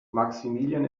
maximilian